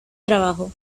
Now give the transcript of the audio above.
trabajo